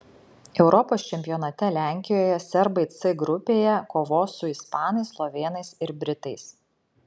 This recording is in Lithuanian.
europos čempionate lenkijoje serbai c grupėje kovos su ispanais slovėnais ir britais